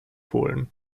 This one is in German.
holen